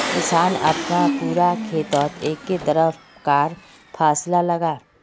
किसान अपना पूरा खेतोत एके तरह कार फासला लगाः